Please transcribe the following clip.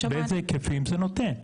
ואיזה היקפים זה נותן.